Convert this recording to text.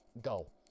Go